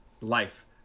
life